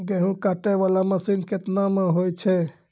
गेहूँ काटै वाला मसीन केतना मे होय छै?